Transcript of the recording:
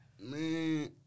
Man